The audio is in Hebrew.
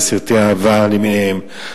וסרטי אהבה למיניהם,